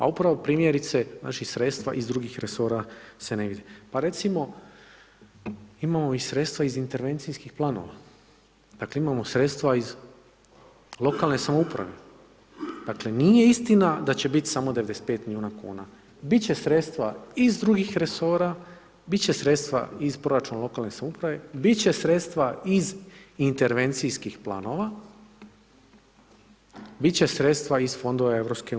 A upravo primjerice znači sredstva iz drugih resora se ne vide, pa recimo imamo i sredstva iz intervencijskih planova, dakle imamo sredstva iz lokalne samouprave, dakle nije istina da će bit samo 95 miliona kuna, bit će sredstava iz drugih resora, bit će sredstva iz proračuna lokalne samouprave, bit će sredstva iz intervencijskih planova, bit će sredstva iz fondova EU.